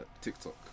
TikTok